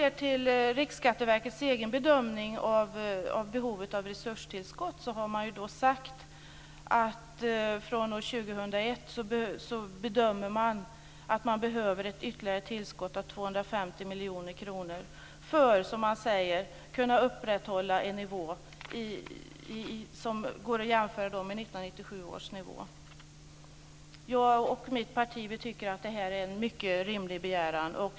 Riksskatteverkets egen bedömning av behovet av resurstillskott är att man från år 2001 behöver ett ytterligare tillskott av 250 miljoner kronor för att, som man säger, kunna upprätthålla en nivå som går att jämföra med 1997 års nivå. Jag och mitt parti tycker att det är en mycket rimlig begäran.